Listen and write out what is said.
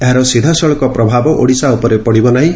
ଏହାର ସିଧାସଳଖ ପ୍ରଭାବ ଓଡ଼ିଶା ଉପରେ ପଡ଼ିବ ନାହିଁ